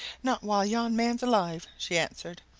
not while yon man's alive! she answered.